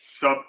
sub-